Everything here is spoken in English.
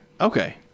Okay